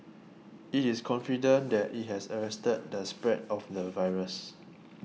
it is confident that it has arrested the spread of the virus